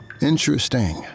Interesting